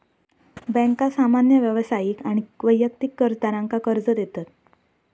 बँका सामान्य व्यावसायिक आणि वैयक्तिक कर्जदारांका कर्ज देतत